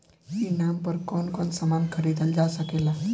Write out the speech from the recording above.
ई नाम पर कौन कौन समान खरीदल जा सकेला?